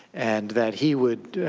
and that he would,